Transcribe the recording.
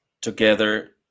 together